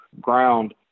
ground